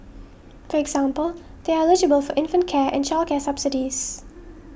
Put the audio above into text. for example they are eligible for infant care and childcare subsidies